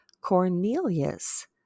Cornelius